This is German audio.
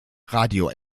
radio